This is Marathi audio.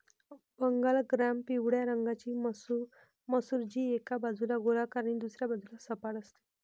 बंगाल ग्राम पिवळ्या रंगाची मसूर, जी एका बाजूला गोलाकार आणि दुसऱ्या बाजूला सपाट असते